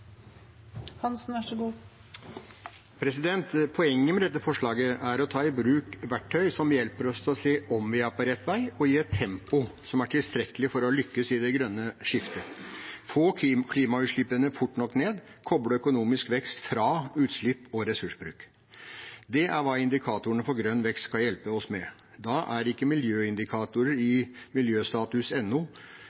å ta i bruk verktøy som hjelper oss til å se om vi er på rett vei, og i et tempo som er tilstrekkelig for å lykkes i det grønne skiftet. Å få klimautslippene fort nok ned, kople økonomisk vekst fra utslipp og ressursbruk – det er hva indikatorene for grønn vekst skal hjelpe oss med. Da er ikke miljøindikatorer i